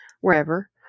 wherever